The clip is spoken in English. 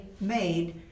made